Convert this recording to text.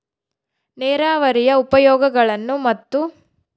ನೇರಾವರಿಯ ಉಪಯೋಗಗಳನ್ನು ಮತ್ತು?